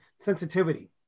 sensitivity